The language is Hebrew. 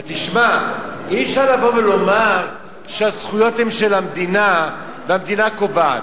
אבל תשמע: אי-אפשר לבוא ולומר שהזכויות הן של המדינה והמדינה קובעת.